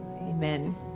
Amen